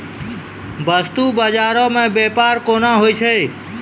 बस्तु बजारो मे व्यपार केना होय छै?